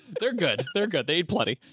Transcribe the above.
they're good. they're good. they'd plenty.